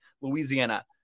Louisiana